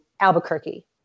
Albuquerque